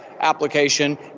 application